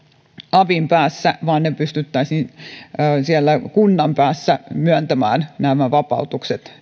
avin päässä vaan pystyttäisiin kunnan päässä myöntämään nämä vapautukset